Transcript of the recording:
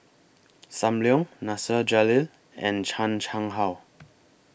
SAM Leong Nasir Jalil and Chan Chang How